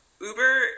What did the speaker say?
Uber